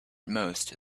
most